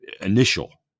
initial